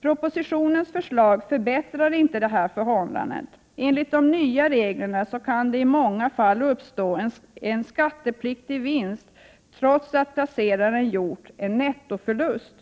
Propositionens förslag förbättrar inte detta förhållande. Enligt de nya reglerna kan det i många fall uppstå en skattepliktig vinst, trots att placeraren gjort en nettoförlust.